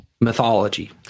mythology